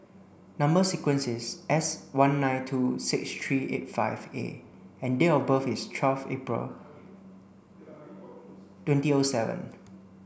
number sequence is S one nine two six three eight five A and date of birth is twelve April twenty O seven